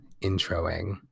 introing